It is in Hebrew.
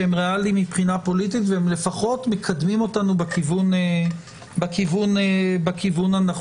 שהם ריאליים מבחינה פוליטית והם לפחות מקדמים אותנו בכיוון הנכון.